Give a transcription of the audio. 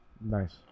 Nice